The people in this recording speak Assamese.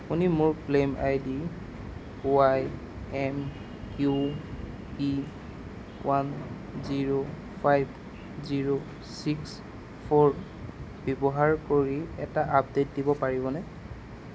আপুনি মোৰ claim ID Y M Q P one zero five zero six four ব্যৱহাৰ কৰি এটা আপডে'ট দিব পাৰিবনে